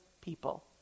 people